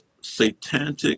satanic